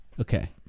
Okay